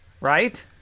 right